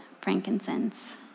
frankincense